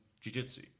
jiu-jitsu